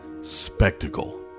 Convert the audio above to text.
spectacle